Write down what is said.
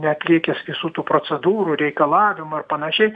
neatlikęs visų tų procedūrų reikalavimų ir panašiai